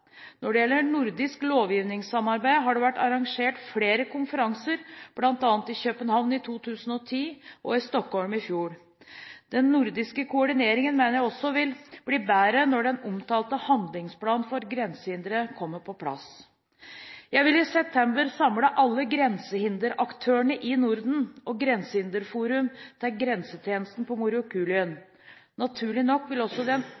Når det gjelder nordisk lovgivningssamarbeid, har det vært arrangert flere konferanser, bl.a. i København i 2010 og i Stockholm i fjor. Den nordiske koordineringen mener jeg også vil bli bedre når den omtalte handlingsplanen for grensehindre kommer på plass. Jeg vil i september samle alle grensehinderaktørene i Norden og Grensehinderforum til Grensetjenesten ved Morokulien. Naturlig nok vil også den